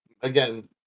again